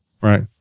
Right